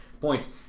points